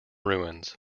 ruins